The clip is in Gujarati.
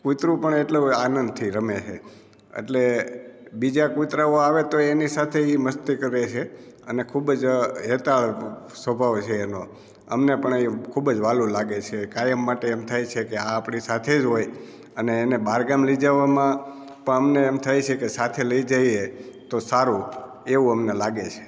કુતરું પણ એટલું આનંદથી રમે છે અટલે બીજા કુતરાઓ આવે તો એની સાથે એ મસ્તી કરે છે અને ખૂબ જ હેતાળ સ્વભાવ છે એનો અમને પણ એ ખૂબ જ વ્હાલું લાગે છે કાયમ માટે એમ થાય છે કે આ આપણી સાથે જ હોય અને એને બહાર ગામ લઈ જવામાં પણ અમને એમ થાય છે કે સાથે લઈ જઈએ તો સારું એવું અમને લાગે છે